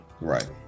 right